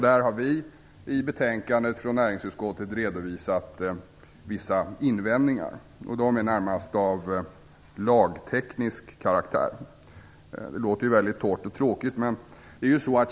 Där har vi i betänkandet från näringsutskottet redovisat vissa invändningar. De är närmast av lagteknisk karaktär; det låter ju väldigt torrt och tråkigt.